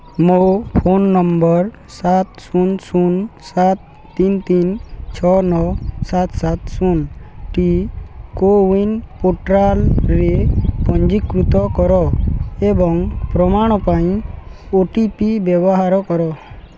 ମୋ phone number ସାତ ଶୂନ ଶୂନ ସାତ ତିନି ତିନି ଛଅ ନଅ ସାତ ସାତ ଶୂନଟି କୋୱିନ୍ ପୋର୍ଟାଲ୍ରେ ପଞ୍ଜୀକୃତ କର ଏବଂ ପ୍ରମାଣ ପାଇଁ ଓ ଟି ପି ବ୍ୟବହାର କର